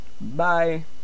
Bye